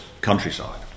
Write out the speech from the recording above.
countryside